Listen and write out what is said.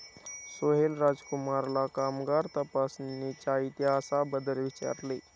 सोहेल राजकुमारला कामगार तपासणीच्या इतिहासाबद्दल विचारले